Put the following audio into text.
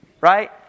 right